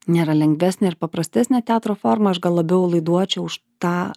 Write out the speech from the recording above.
nėra lengvesnė ir paprastesnė teatro forma aš gal labiau laiduočiau už tą